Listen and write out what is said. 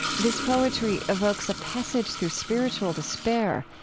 this poetry evokes a passage through spiritual despair,